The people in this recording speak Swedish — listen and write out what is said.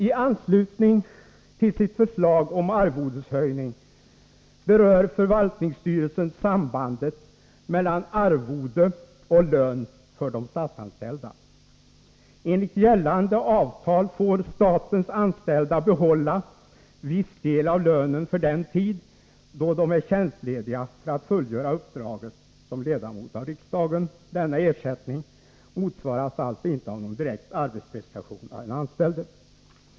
I anslutning till sitt förslag om arvodeshöjning berör förvaltningsstyrelsen sambandet mellan arvode och lön för de statsanställda. Enligt gällande avtal får statens anställda behålla viss del av lönen för den tid då de är tjänstlediga för att fullgöra uppdraget som ledamot av riksdagen. Denna ersättning motsvaras alltså inte av någon direkt arbetsprestation av den anställde.